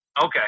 Okay